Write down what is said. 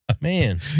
Man